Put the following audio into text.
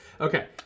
okay